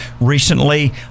recently